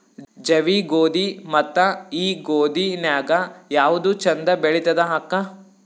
ಜವಿ ಗೋಧಿ ಮತ್ತ ಈ ಗೋಧಿ ನ್ಯಾಗ ಯಾವ್ದು ಛಂದ ಬೆಳಿತದ ಅಕ್ಕಾ?